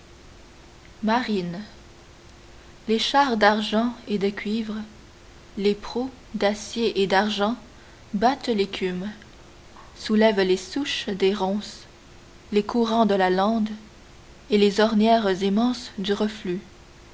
marine les chars d'argent et de cuivre les proues d'acier et d'argent battent l'écume soulèvent les souches des ronces les courants de la lande et les ornières immenses du reflux